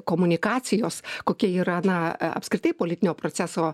komunikacijos kokia yra na apskritai politinio proceso